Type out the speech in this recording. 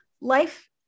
Life